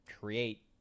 create